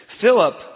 Philip